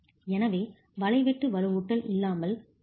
எனவே வலை வெட்டு வலுவூட்டல் இல்லாமல் 0